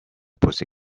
pussy